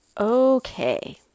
Okay